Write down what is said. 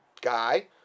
guy